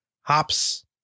hops